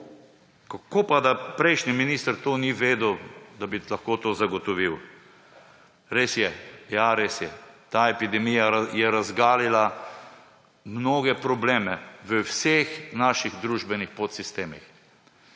Kako pa da prejšnji minister tega ni vedel, da bi lahko to zagotovil? Res je. Ja, res je, ta epidemija je razgalila mnoge probleme v vseh naših družbenih podsistemih.